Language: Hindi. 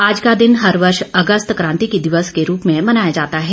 आज का दिन हर वर्ष अगस्त क्रांति दिवस के रूप में मनाया जाता है